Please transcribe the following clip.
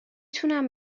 تونم